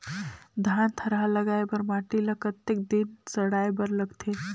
धान थरहा लगाय बर माटी ल कतेक दिन सड़ाय बर लगथे?